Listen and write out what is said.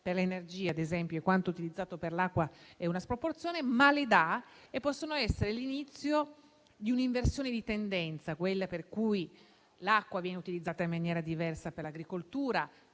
per l'energia e quanto utilizzato per l'acqua, c'è una sproporzione - ma queste possono essere l'inizio di un'inversione di tendenza, per cui l'acqua viene utilizzata in maniera diversa per l'agricoltura,